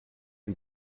can